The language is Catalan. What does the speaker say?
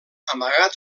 amagat